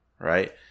right